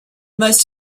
most